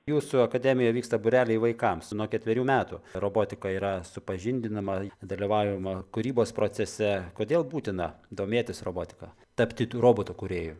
jūsų akademijoje vyksta būreliai vaikams nuo ketverių metų robotika yra supažindinama dalyvavimo kūrybos procese kodėl būtina domėtis robotika tapti robotų kūrėju